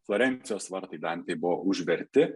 florencijos vartai dantei buvo užverti